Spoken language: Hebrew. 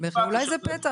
אולי זה פתח.